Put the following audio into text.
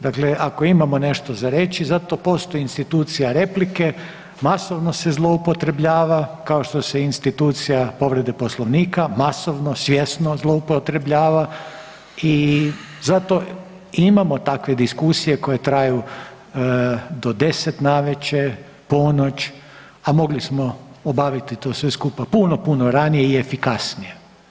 Dakle, ako imamo nešto za reći za to postoji institucija replike, masovno se zloupotrebljava kao što se institucija povrede Poslovnika masovno, svjesno zloupotrebljava i zato imamo takve diskusije koje traju do deset navečer, ponoć, a mogli smo obaviti to sve skupa puno, puno ranije i efikasnije.